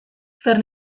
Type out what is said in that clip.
zer